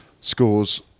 scores